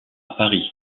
paris